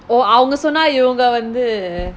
அவங்க சொன்னா இவங்க வந்த்து:avanga sonna ivanga vanthu